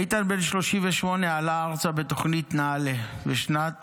איתן, בן 38, עלה ארצה בתוכנית נעל"ה בשנת